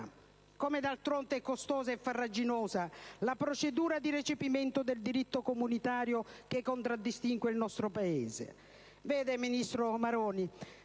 come d'altronde è costosa e farraginosa la procedura di recepimento del diritto comunitario che contraddistingue il nostro Paese.